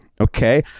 okay